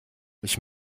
ich